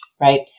Right